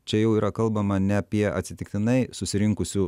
čia jau yra kalbama ne apie atsitiktinai susirinkusių